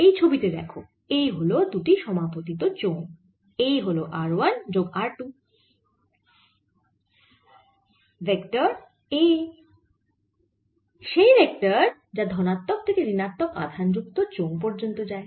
এই ছবি তে দেখ এই হল দুটি সমাপতিত চোঙ এই হল r 1 যোগ r 2 সমান ভেক্টর a সেই ভেক্টর যা ধনাত্মক থেকে ঋণাত্মক আধান যুক্ত চোঙ পর্যন্ত যায়